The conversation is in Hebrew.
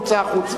מוצא החוצה.